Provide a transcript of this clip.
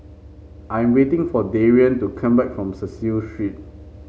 I am waiting for Darian to come back from Cecil Street